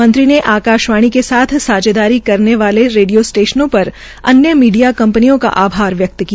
मंत्री ने आकाशवाणी के साथ सांझेदारी करने वाले रेडियो स्टेशनों व अन्य मीडिया कंपनियों का आभार व्यक्त किया